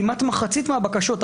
כמעט מחצית מהבקשות,